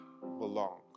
belong